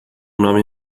nome